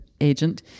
agent